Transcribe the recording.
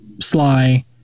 Sly